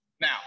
Now